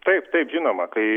taip taip žinoma kai